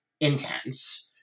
intense